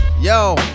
Yo